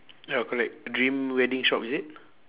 ya correct dream wedding shop is it